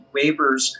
waivers